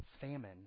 Famine